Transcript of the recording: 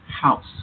house